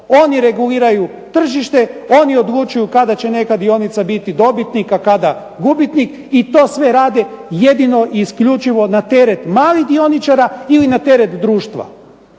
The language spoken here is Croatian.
Oni reguliraju tržište, oni odlučuju kada će neka dionica biti dobitnik, a kada gubitnik i to sve rade jedino i isključivo na teret malih dioničara ili na teret društva.